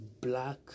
black